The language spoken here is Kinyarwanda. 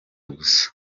gusa